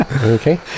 Okay